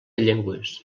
llengües